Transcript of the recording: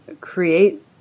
create